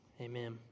Amen